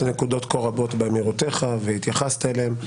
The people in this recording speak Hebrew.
נקודות כה רבות באמירותיך והתייחסת אליהן.